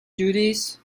duties